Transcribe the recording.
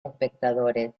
espectadores